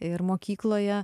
ir mokykloje